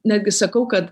netgi sakau kad